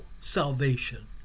salvation